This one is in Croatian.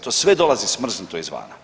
To sve dolazi smrznuto izvana.